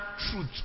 truth